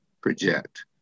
project